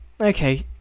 Okay